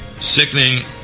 sickening